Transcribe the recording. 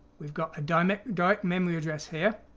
we've got a direct direct memory address here